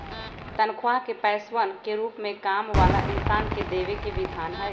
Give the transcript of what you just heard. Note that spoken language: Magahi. तन्ख्वाह के पैसवन के रूप में काम वाला इन्सान के देवे के विधान हई